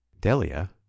delia